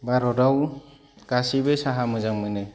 भारताव गासैबो साहा मोजां मोनो